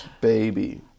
baby